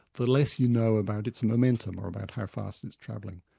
the less you know about its momentum, or about how fast it's travelling.